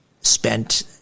spent